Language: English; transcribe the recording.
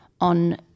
on